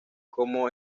como